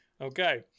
Okay